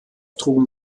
trugen